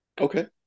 Okay